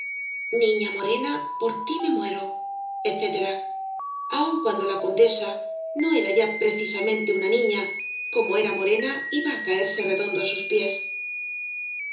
niña morena por ti me muero etc aun cuando la condesa no era ya precisamente una niña como era morena iba á caerse redondo á sus pies